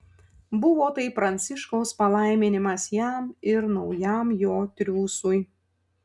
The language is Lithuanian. buvo tai pranciškaus palaiminimas jam ir naujam jo triūsui